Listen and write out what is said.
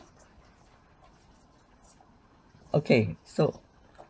okay so